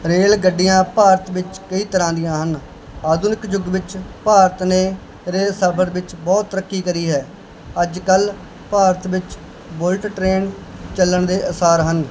rail ਗੱਡੀਆਂ ਭਾਰਤ ਵਿੱਚ ਕਈ ਤਰ੍ਹਾਂ ਦੀਆਂ ਹਨ ਆਧੁਨਿਕ ਯੁੱਗ ਵਿੱਚ ਭਾਰਤ ਨੇ ਰੇਲ ਸਫ਼ਰ ਵਿੱਚ ਬਹੁਤ ਤਰੱਕੀ ਕਰੀ ਹੈ ਅੱਜ ਕੱਲ੍ਹ ਭਾਰਤ ਵਿੱਚ ਬੁਲਟ ਟ੍ਰੇਨ ਚੱਲਣ ਦੇ ਆਸਾਰ ਹਨ